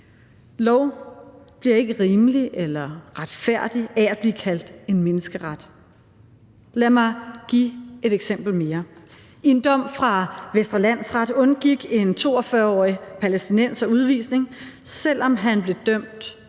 Lov bliver ikke rimelig eller retfærdig af at blive kaldt en menneskeret. Lad mig give mig et eksempel mere. I en dom fra Vestre Landsret undgik en 42-årig palæstinenser udvisning, selv om han blev idømt